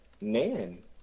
man